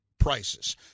prices